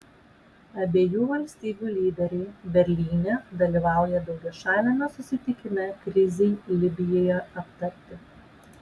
abiejų valstybių lyderiai berlyne dalyvauja daugiašaliame susitikime krizei libijoje aptarti